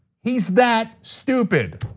he's that stupid.